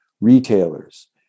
retailers